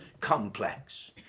complex